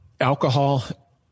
alcohol